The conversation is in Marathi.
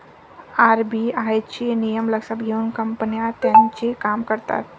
आर.बी.आय चे नियम लक्षात घेऊन कंपन्या त्यांचे काम करतात